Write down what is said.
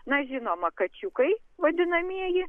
na žinoma kačiukai vadinamieji